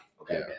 Okay